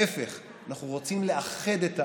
ההפך, אנחנו רוצים לאחד את העם,